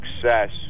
success